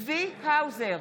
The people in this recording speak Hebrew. צבי האוזר,